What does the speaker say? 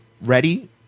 ready